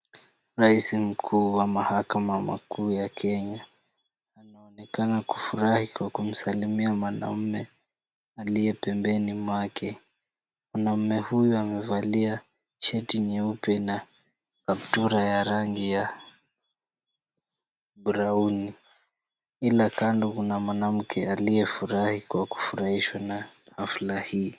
Rais Mkuu wa mahakama kuu ya Kenya anaonekana kufurahi kwa kumsalimia wanamume aliye pembeni mwake, mwanamume huyu amevalia shati nyeupe na kaptura ya rangi ya browni ila kando kuna mwanamke aliyefurahi kwa kufurahishwa na hafula hii.